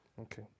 Okay